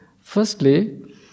firstly